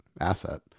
asset